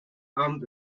abend